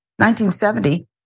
1970